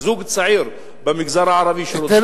זוג צעיר במגזר הערבי שרוצה,